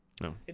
no